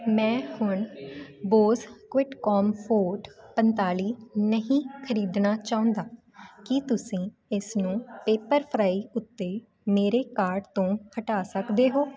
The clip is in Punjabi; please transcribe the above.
ਮੈਂ ਹੁਣ ਬੋਸ ਕੁਈਟਕਾਮਫੋਰਟ ਪੰਤਾਲੀ ਨਹੀਂ ਖਰੀਦਣਾ ਚਾਹੁੰਦਾ ਕੀ ਤੁਸੀਂ ਇਸ ਨੂੰ ਪੇਪਰਫਰਾਈ ਉੱਤੇ ਮੇਰੇ ਕਾਰਟ ਤੋਂ ਹਟਾ ਸਕਦੇ ਹੋ